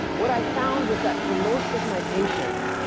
what i found was that for most of my patients,